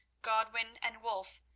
godwin and wulf,